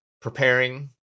preparing